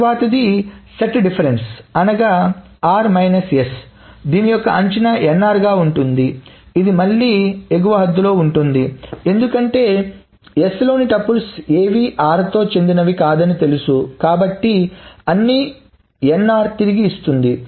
తరువాతిది సమితి వ్యత్యాసం అనగా దీని యొక్క అంచనా ఉంటుంది ఇది మళ్ళీ ఎగువ హద్దులు లో ఉంటుంది ఎందుకంటే s లోని టుపుల్స్ ఏవీ r తో చెందినవి కాదని తెలుసు కాబట్టి అన్ని nr తిరిగి ఇస్తుంది